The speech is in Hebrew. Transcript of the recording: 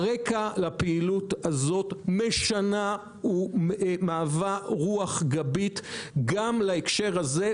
הרקע לפעילות הזאת משנה ומהווה רוח גבית גם להקשר הזה,